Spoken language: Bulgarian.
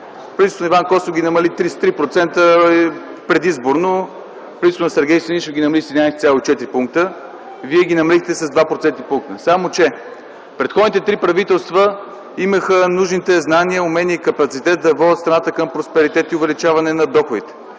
на Иван Костов ги намали 33% предизборно, правителството на Сергей Станишев ги намали с 11,4 пункта, вие ги намалихте с 2 процентни пункта, само че предходните три правителства имаха нужните знания, умения и капацитет да водят страната към просперитет и увеличаване на доходите.